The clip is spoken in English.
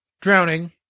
drowning